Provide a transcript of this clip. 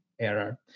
error